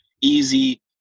easy –